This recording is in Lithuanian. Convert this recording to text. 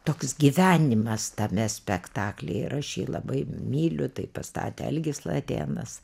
toks gyvenimas tame spektakly ir aš jį labai myliu tai pastatė algis latėnas